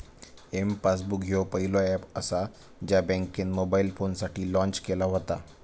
M passbook ह्यो पहिलो app असा ज्या बँकेन मोबाईल फोनसाठी लॉन्च केला व्हता